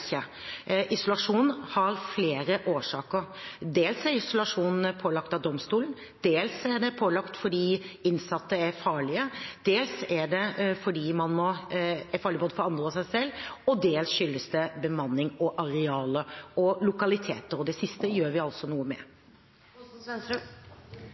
Isolasjon har flere årsaker. Dels er isolasjon pålagt av domstolen, dels er det pålagt fordi innsatte er farlige, både for andre og seg selv, og dels skyldes det bemanning og arealer og lokaliteter, og det siste gjør vi altså noe med.